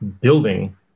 building